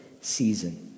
season